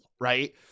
Right